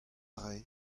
rae